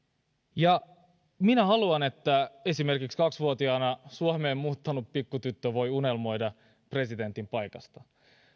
ja minä haluan että esimerkiksi kaksivuotiaana suomeen muuttanut pikkutyttö voi unelmoida presidentin paikasta